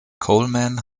coleman